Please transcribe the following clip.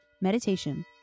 meditation